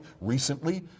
recently